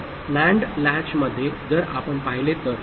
तर NAND लॅचमध्ये जर आपण पाहिले तर